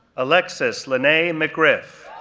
alexus lenae mcgriff,